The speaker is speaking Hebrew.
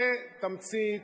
זה תמצית